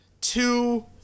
two